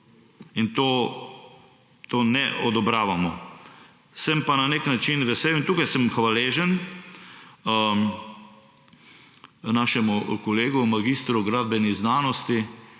Tega ne odobravamo. Sem pa na nek način vesel, in tukaj sem hvaležen našemu kolegu magistru gradbenih znanosti